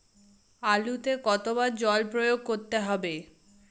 আলুতে কতো বার জল প্রয়োগ করতে হবে?